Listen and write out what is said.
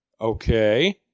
Okay